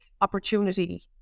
opportunity